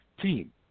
team